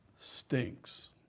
stinks